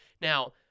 Now